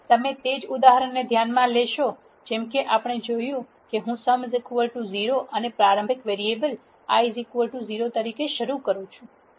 તમે તે જ ઉદાહરણને ધ્યાનમાં લેશો જેમ કે આપણે જોયું છે કે હું સમ0 અને પ્રારંભિક વેરીએબલ i 0 તરીકે શરૂ કરું છું